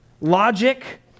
logic